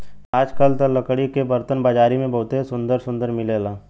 आजकल त लकड़ी के बरतन बाजारी में बहुते सुंदर सुंदर मिलेला